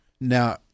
Now